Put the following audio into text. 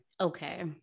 Okay